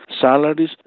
salaries